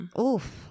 oof